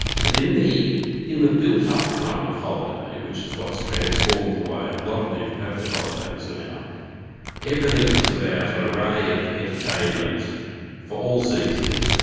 but in the in the built-up kind of holiday, which is what's transformed the way a lot of people have their holidays now everything was about an array of entertainment for all seasons, you know